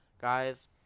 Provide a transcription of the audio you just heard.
guys